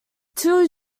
two